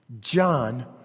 John